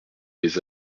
des